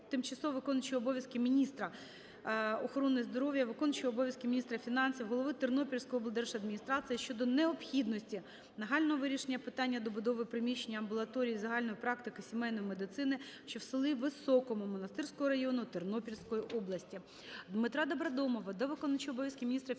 тимчасово виконуючої обов'язки міністра охорони здоров'я, виконувача обов'язків міністра фінансів, голови Тернопільської облдержадміністрації щодо необхідності нагального вирішення питання добудови приміщення амбулаторії загальної практики сімейної медицини, що в селі Високому Монастириського району Тернопільської області.